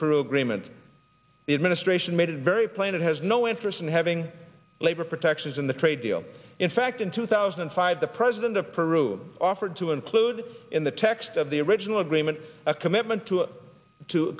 and the administration made it very plain it has no interest in having labor protections in the trade deal in fact in two thousand and five the president of peru offered to include in the text of the original agreement a commitment to to